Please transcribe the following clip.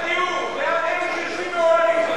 בעד הדיור, בעד אלו שיושבים באוהלים.